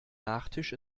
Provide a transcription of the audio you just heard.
nachtisch